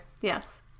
yes